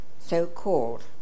so-called